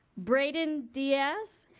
brayden diaz,